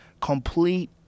complete